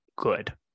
good